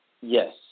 Yes